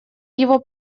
его